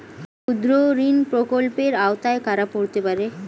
ক্ষুদ্রঋণ প্রকল্পের আওতায় কারা পড়তে পারে?